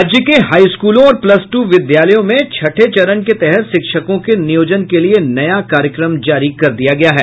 राज्य के हाई स्कूलों और प्लस टू विद्यालयों में छठे चरण के तहत शिक्षकों के नियोजन के लिये नया कार्यक्रम जारी कर दिया गया है